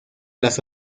las